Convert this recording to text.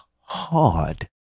hard